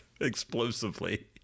explosively